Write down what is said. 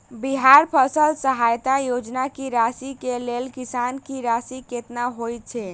बिहार फसल सहायता योजना की राशि केँ लेल किसान की राशि कतेक होए छै?